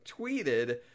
tweeted